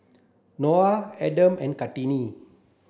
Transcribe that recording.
Noah Adam and Kartini